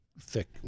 thick